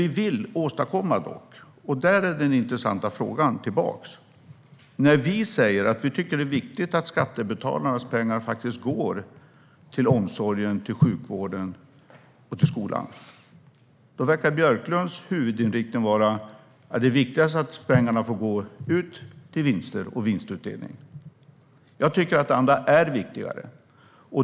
Vi vill dock åstadkomma något - där är den intressanta frågan. Vi säger att vi tycker att det är viktigt att skattebetalarnas pengar faktiskt går till omsorgen, till sjukvården och till skolan. Björklunds huvudinriktning verkar vara att det är viktigast att pengarna får gå till vinster och vinstutdelning. Jag tycker att det andra är viktigare.